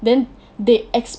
then they ex~